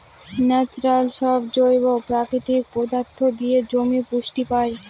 natural সব জৈব প্রাকৃতিক পদার্থ দিয়ে জমি পুষ্টি পায়